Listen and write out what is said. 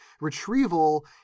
retrieval